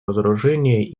разоружения